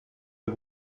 der